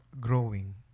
growing